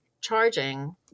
charging